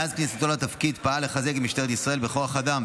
מאז כניסתו לתפקיד הוא פעל לחזק את משטרת ישראל בכוח אדם,